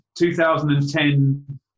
2010